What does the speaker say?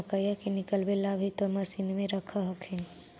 मकईया के निकलबे ला भी तो मसिनबे रख हखिन?